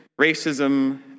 racism